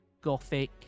gothic